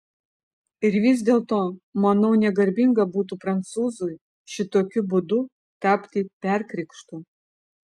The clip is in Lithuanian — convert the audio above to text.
ir vis dėlto manau negarbinga būtų prancūzui šitokiu būdu tapti perkrikštu